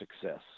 success